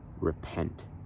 repent